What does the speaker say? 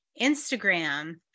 Instagram